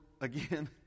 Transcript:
again